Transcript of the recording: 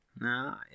No